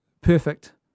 perfect